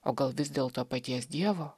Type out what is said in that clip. o gal vis dėlto paties dievo